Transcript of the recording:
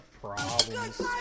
problems